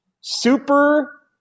Super